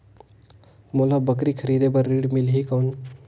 मोला बकरी खरीदे बार ऋण मिलही कौन?